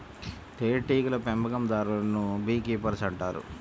తేనెటీగల పెంపకందారులను bee keepers అంటారు